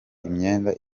imyenda